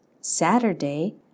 Saturday